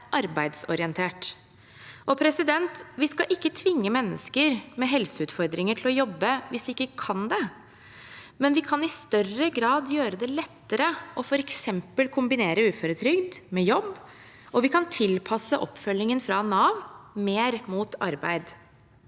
arbeidsorientert. Vi skal ikke tvinge mennesker med helseutfordringer til å jobbe hvis de ikke kan det, men vi kan i større grad gjøre det lettere f.eks. å kombinere uføretrygd med jobb, og vi kan tilpasse oppfølgingen fra Nav mer mot arbeid